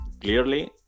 clearly